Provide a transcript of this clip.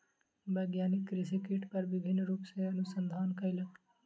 वैज्ञानिक कृषि कीट पर विभिन्न रूप सॅ अनुसंधान कयलक